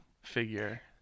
figure